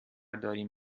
داریم